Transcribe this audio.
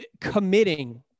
committing